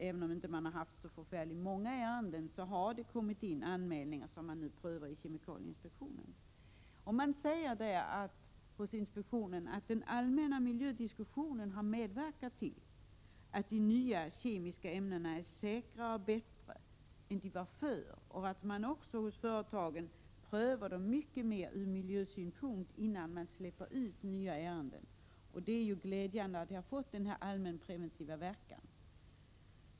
Även om det ännu inte rör sig om så många ärenden har det kommit in anmälningar som man nu prövar i kemikalieinspektionen. Inom kemikalieinspektionen säger man att den allmänna miljödiskussionen har medverkat till att användningen av de nya kemiska ämnena är säkrare och bättre än den tidigare kemikalieanvändningen. Man säger vidare att företagen nu mycket mer än tidigare prövar ämnena från miljösynpunkt, innan de släpper ut nya produkter. Det är glädjande att förhandsgranskningen fått denna allmänpreventiva verkan.